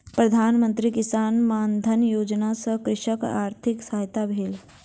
प्रधान मंत्री किसान मानधन योजना सॅ कृषकक आर्थिक सहायता भेल